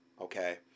okay